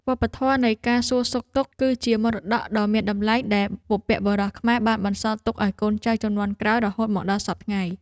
វប្បធម៌នៃការសួរសុខទុក្ខ គឺជាមរតកដ៏មានតម្លៃដែលបុព្វបុរសខ្មែរបានបន្សល់ទុកឱ្យកូនចៅជំនាន់ក្រោយរហូតមកដល់សព្វថ្ងៃ។